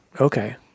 Okay